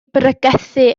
bregethu